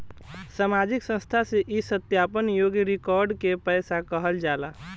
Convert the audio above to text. सामाजिक संस्था से ई सत्यापन योग्य रिकॉर्ड के पैसा कहल जाला